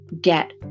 get